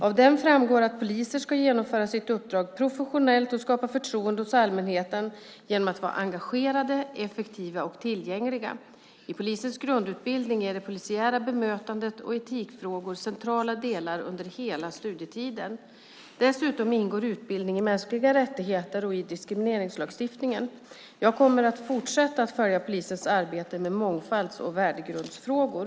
Av den framgår att poliser ska genomföra sitt uppdrag professionellt och skapa förtroende hos allmänheten genom att vara engagerade, effektiva och tillgängliga. I polisens grundutbildning är det polisiära bemötandet och etikfrågor centrala delar under hela studietiden. Dessutom ingår utbildning i mänskliga rättigheter och diskrimineringslagstiftning. Jag kommer att fortsätta att följa polisens arbete med mångfalds och värdegrundsfrågor.